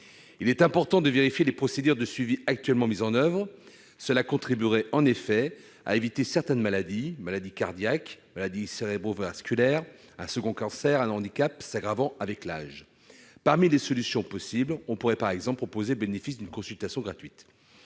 Il est important de vérifier les procédures de suivi actuellement mises en oeuvre. Cela contribuerait en effet à éviter certaines maladies : pathologies cardiaques ou cérébro-vasculaires, un second cancer, un handicap s'aggravant avec l'âge, etc. Parmi les solutions possibles, on pourrait, par exemple, proposer le bénéfice d'une consultation gratuite